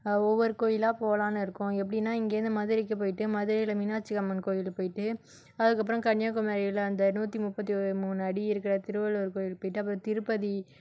ஒவ்வொரு கோயிலாகப் போகலானு இருக்கோம் எப்படினா இங்கேருந்து மதுரைக்குப் போயிட்டு மதுரையில் மீனாட்சி அம்மன் கோயிலுக்குப் போயிட்டு அதுக்குப்புறம் கன்னியாகுமரியில் அந்த நூற்றி முப்பத்தி மூணு அடி இருக்கிற திருவள்ளுவர் கோயிலுக்குப் போயிட்டு அப்புறம் திருப்பதி